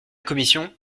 commission